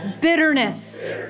bitterness